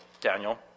Daniel